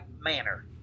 manner